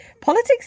Politics